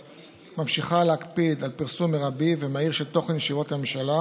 ממשיכה להקפיד על פרסום מרבי ומהיר של תוכן ישיבות הממשלה